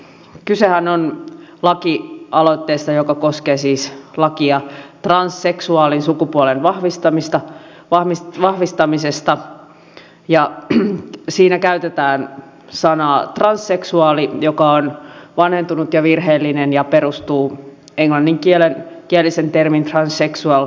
kysehän on lakialoitteesta joka koskee siis lakia transseksuaalin sukupuolen vahvistamisesta ja siinä käytetään sanaa transseksuaali joka on vanhentunut ja virheellinen ja perustuu englanninkielisen termin transsexual käännökseen